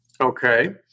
Okay